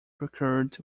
procured